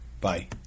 bye